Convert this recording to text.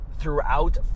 throughout